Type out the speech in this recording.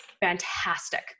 fantastic